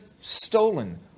stolen